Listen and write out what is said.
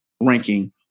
ranking